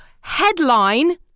headline